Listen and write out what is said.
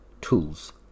tools